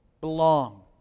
belong